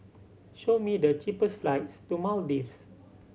show me the cheapest flights to Maldives